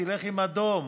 תלך עם אדום,